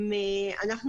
אנחנו